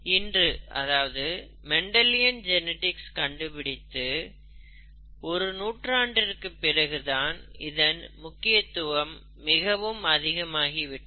இன்று அதாவது Mendelian genetics கண்டுபிடித்து ஒரு நூற்றாண்டிற்குப் பிறகு இதன் முக்கியத்துவம் மிகவும் அதிகமாகி விட்டது